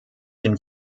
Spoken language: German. den